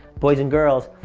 boys and girls,